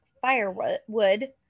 firewood